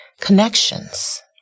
connections